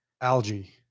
Algae